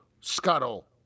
scuttle